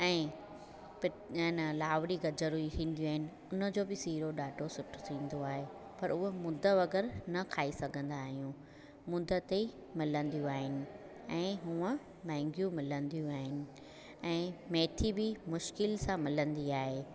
ऐं हेन लावड़ी गजरूं ईंदियूं आहिनि उनजो बि सीरो ॾाढो सुठो थींदो आहे पर उहा मुदा वग़ैरह न खाई सघंदा आहियूं मुद ते मिलंदियूं आहिनि ऐं हूंअ महांगियूं मिलंदियूं आहिनि ऐं मेथी बि मुश्किल सां मिलंदी आहे